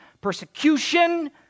persecution